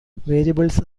variables